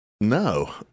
No